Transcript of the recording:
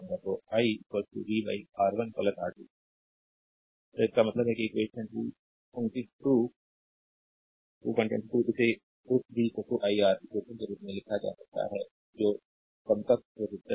तो I v R1 R2 slide time देखें 1748 तो इसका मतलब है कि इक्वेशन 222 इसे उस v i R eq के रूप में लिखा जा सकता है जो समकक्ष रेसिस्टर्स है